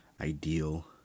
ideal